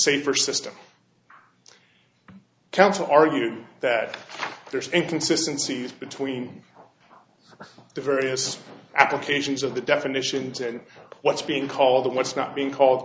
safer system counsel argued that there's a consistency between the various applications of the definitions and what's being called the what's not being called